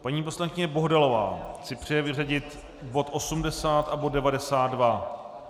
Paní poslankyně Bohdalová si přeje vyřadit bod 80 a bod 92.